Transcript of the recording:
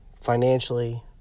Financially